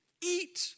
eat